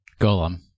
Golem